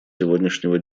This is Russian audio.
сегодняшнего